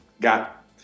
got